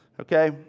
okay